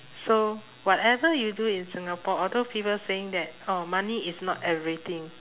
so whatever you do in singapore although people saying that oh money is not everything